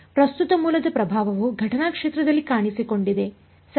ಪ್ರಸ್ತುತ ಮೂಲದ ಪ್ರಭಾವವು ಘಟನಾ ಕ್ಷೇತ್ರದಲ್ಲಿ ಕಾಣಿಸಿಕೊಂಡಿದೆ ಸರಿ